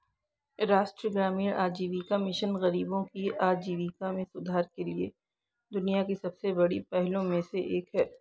राष्ट्रीय ग्रामीण आजीविका मिशन गरीबों की आजीविका में सुधार के लिए दुनिया की सबसे बड़ी पहलों में से एक है